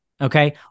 Okay